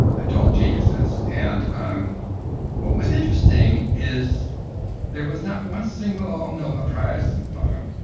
adult geniuses, and um what was interesting is there was not one single nobel prize among them,